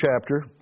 chapter